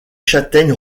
châtaignes